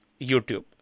YouTube